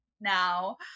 now